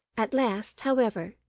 at last, however,